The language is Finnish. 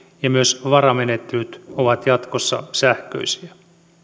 ja myös varamenettelyt ovat jatkossa sähköisiä